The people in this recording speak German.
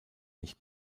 nicht